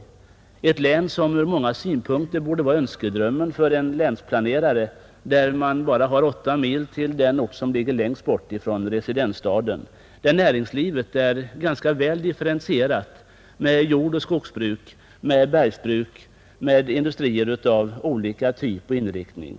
Det borde från många synpunkter vara önskedrömmen för en länsplanerare, eftersom man bara har 8 mil till den ort som ligger längst bort från residensstaden, eftersom näringslivet Nr 75 är ganska väl differentierat med jordoch skogsbruk, bergsbruk samt Tisdagen den industrier av olika typ och inriktning.